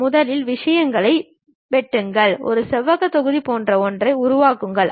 முதலில் நான் ஒரு செவ்வக தொகுதி போன்ற ஒன்றை உருவாக்குவேன்